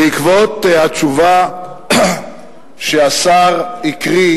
בעקבות התשובה שהשר הקריא